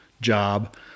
job